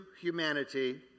humanity